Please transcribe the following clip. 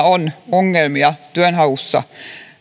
on ongelmia työnhaussa